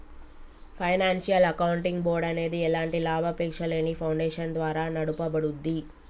financial accounting board అనేది ఎలాంటి లాభాపేక్షలేని ఫౌండేషన్ ద్వారా నడపబడుద్ది